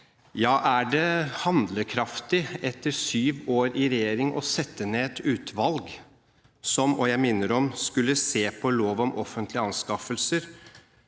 Er det handlekraftig etter sju år i regjering å sette ned et utvalg som – og jeg minner om det – skulle se på lov om offentlige anskaffelser,